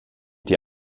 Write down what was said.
die